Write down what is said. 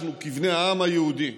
אנחנו כבני העם היהודי,